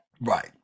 right